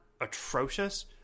atrocious